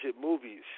movies